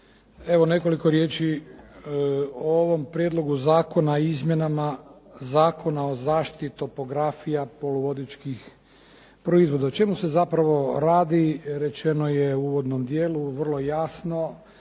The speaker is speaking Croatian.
Evo nekoliko riječi o ovom prijedlogu zakona i izmjenama Zakona o zaštiti topografija poluvodičkih proizvoda. O čemu se zapravo radi rečeno je u uvodnom dijelu vrlo jasno.